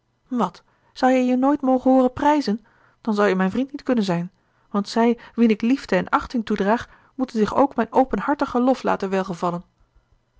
wat zou jij je nooit mogen hooren prijzen dan zou je mijn vriend niet kunnen zijn want zij wien ik liefde en achting toedraag moeten zich ook mijn openhartigen lof laten welgevallen